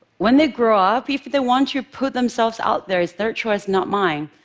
when they grow up, if they want to put themselves out there, it's their choice, not mine,